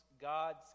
God's